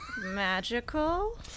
Magical